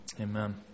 Amen